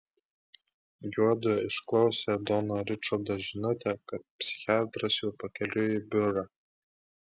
juodu išklausė dono ričardo žinutę kad psichiatras jau pakeliui į biurą